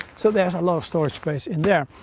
so there is a lot of storage space in there.